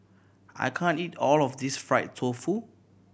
I can't eat all of this fried tofu